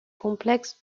complexe